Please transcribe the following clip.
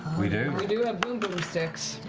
we do we do have boom boom sticks.